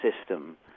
system